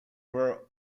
were